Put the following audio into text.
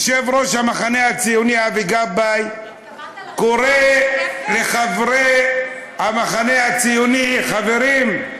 יושב-ראש המחנה הציוני אבי גבאי קורא לחברי המחנה הציוני: חברים,